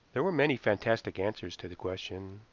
there were many fantastic answers to the question.